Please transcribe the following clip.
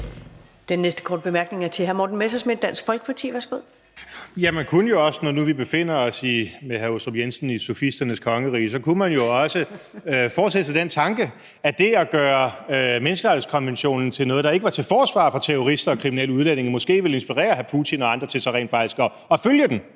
Dansk Folkeparti. Værsgo. Kl. 19:26 Morten Messerschmidt (DF): Ja, man kunne jo også, når nu vi befinder os med hr. Michael Aastrup Jensen i sofisternes kongerige, forestille sig den tanke, at det at gøre menneskerettighedskonventionen til noget, der ikke var til forsvar for terrorister og kriminelle udlændinge, måske ville inspirere hr. Putin og andre til så rent faktisk at følge den.